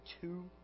two